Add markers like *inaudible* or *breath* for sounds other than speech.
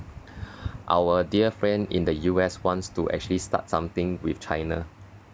*breath* our dear friend in the U_S wants to actually start something with china